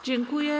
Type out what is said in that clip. Dziękuję.